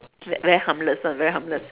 ve~ very harmless one very harmless